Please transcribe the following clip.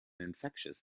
infectious